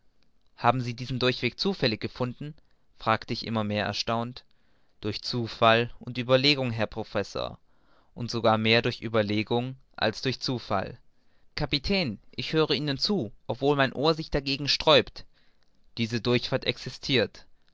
haben sie diesen durchweg zufällig gefunden fragte ich immer mehr erstaunt durch zufall und ueberlegung herr professor und sogar mehr durch ueberlegung als durch zufall kapitän ich höre ihnen zu obwohl mein ohr sich dagegen sträubt diese durchfahrt existirt